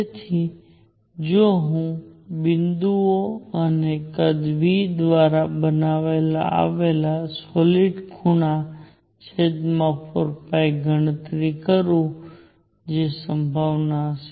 તેથી જો હું બિંદુઓ અને કદ V દ્વારા બનાવવામાં આવેલા સોલીડ ખૂણા 4 ગણતરી કરું જે સંભાવના હશે